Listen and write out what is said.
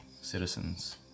citizens